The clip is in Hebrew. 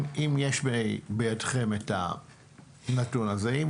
אם יש בידכם את הנתון הזה.